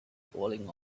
falling